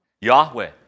Yahweh